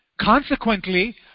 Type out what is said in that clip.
Consequently